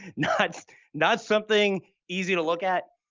not not something easy to look at.